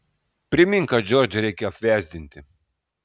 primink kad džordžą reikia apvesdinti